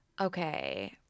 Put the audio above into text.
Okay